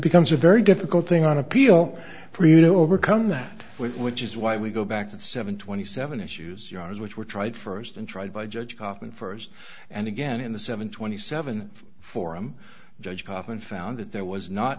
becomes a very difficult thing on appeal for you to overcome that which is why we go back to the seven twenty seven issues yards which were tried first and tried by judge hoffman first and again in the seven twenty seven forum judge kaufman found that there was not